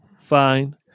fine